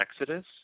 Exodus